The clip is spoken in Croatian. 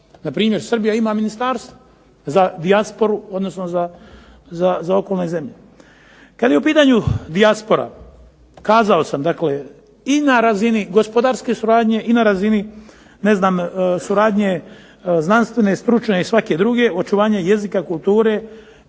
Naime, Srbija ima Ministarstvo za dijasporu odnosno za okolne zemlje. Kada je u pitanju dijaspora kazao sam na razini gospodarske suradnje, i na razini suradnje znanstvene, stručne i svake druge, očuvanje jezika, kulture